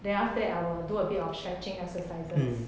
then after that I will do a bit of stretching exercises